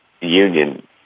Union